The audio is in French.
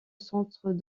centre